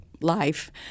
life